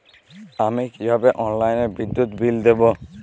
আমি কিভাবে অনলাইনে বিদ্যুৎ বিল দেবো?